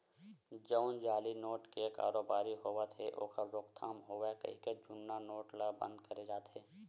जउन जाली नोट के कारोबारी होवत हे ओखर रोकथाम होवय कहिके जुन्ना नोट ल बंद करे जाथे